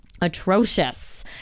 atrocious